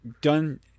done